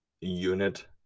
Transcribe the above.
unit